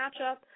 matchup